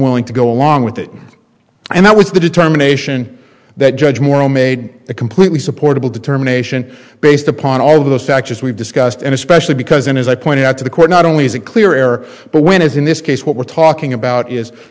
unwilling to go along with it and that was the determination that judge moore made a completely supportable determination based upon all of those factors we've discussed and especially because as i pointed out to the court not only is it clear air but when as in this case what we're talking about is